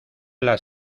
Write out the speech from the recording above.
las